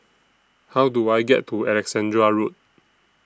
How Do I get to Alexandra Road